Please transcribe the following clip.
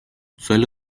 suele